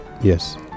yes